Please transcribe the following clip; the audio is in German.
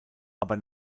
aber